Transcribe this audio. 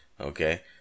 Okay